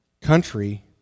country